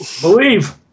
Believe